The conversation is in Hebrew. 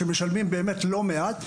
שמשלמים לא מעט,